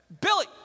Billy